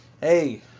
Hey